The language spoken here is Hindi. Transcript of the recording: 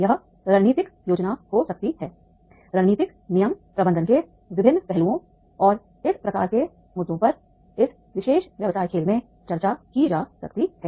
यह रणनीतिक योजना हो सकती है रणनीतिक नियम प्रबंधन के विभिन्न पहलुओं और इस प्रकार के मुद्दों पर इस विशेष व्यवसाय खेल में चर्चा की जा सकती है